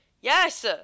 Yes